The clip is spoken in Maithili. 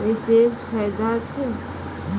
विशेष फायदा छै?